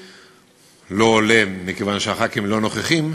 שלא עולה מכיוון שהח"כים לא נוכחים,